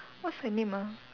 what's her name ah